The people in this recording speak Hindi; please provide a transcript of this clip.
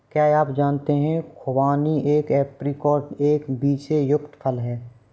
क्या आप जानते है खुबानी या ऐप्रिकॉट एक बीज से युक्त फल है?